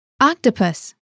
Octopus